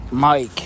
Mike